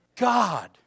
God